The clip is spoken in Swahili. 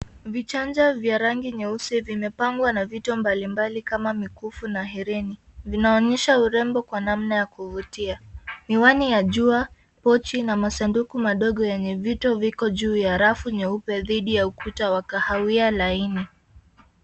Vichanja vya rangi nyeusi vimepangwa na vitu mbalimbali kama mikufu na hereni. Vinaonyesha urembo kwa namna ya kuvutia. Miwani ya jua, pochi na masanduku madogo yenye vitu viko juu ya rafu nyeupe dhidi ya ukuta wa kahawia laini.